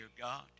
God